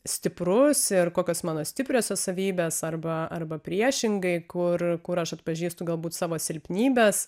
stiprus ir kokios mano stipriosios savybės arba arba priešingai kur kur aš atpažįstu galbūt savo silpnybes